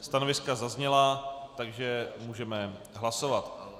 Stanoviska zazněla, takže můžeme hlasovat.